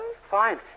Fine